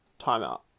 Timeout